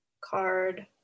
Card